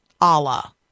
Allah